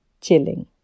chilling